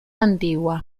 antigua